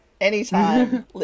Anytime